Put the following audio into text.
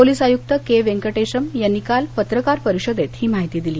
police आयुक्त K Venkatesham यांनी काल पत्रकार परिषदेत ही माहिती दिली